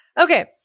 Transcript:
Okay